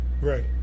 Right